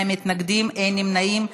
בעד, 38 חברי כנסת, 62 מתנגדים, אין נמנעים.